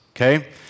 okay